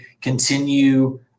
continue